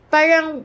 Parang